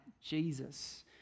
Jesus